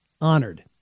Honored